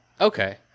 Okay